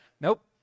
Nope